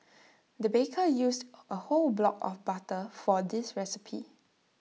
the baker used A whole block of butter for this recipe